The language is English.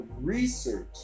research